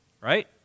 right